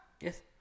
Yes